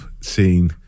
scene